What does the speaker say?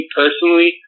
personally